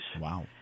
Wow